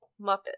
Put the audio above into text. Muppet